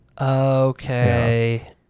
Okay